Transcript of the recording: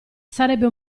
sarebbe